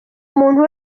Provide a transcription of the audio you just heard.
muntu